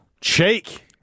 Cheek